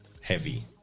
Heavy